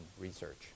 research